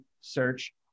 search